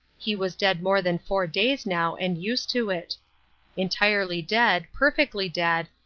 he was dead more than four days now and used to it entirely dead, perfectly dead,